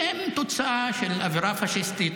שהם תוצאה של אווירה פשיסטית,